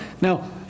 Now